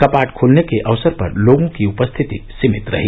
कपाट खुलने के अवसर पर लोगों की उपस्थिति सीमित रही